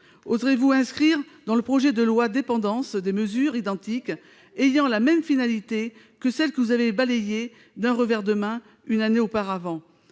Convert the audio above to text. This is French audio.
Oserez-vous inscrire dans le projet de loi Dépendance des mesures identiques, ayant la même finalité, que celles que vous avez balayées d'un revers de main, une année auparavant ?